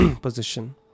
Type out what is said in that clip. position